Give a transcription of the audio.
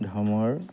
ধৰ্মৰ